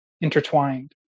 intertwined